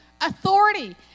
authority